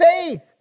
faith